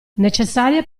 necessarie